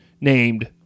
named